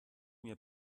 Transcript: mir